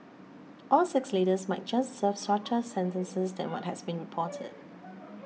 all six leaders might just serve shorter sentences than what has been reported